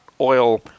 oil